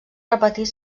repetir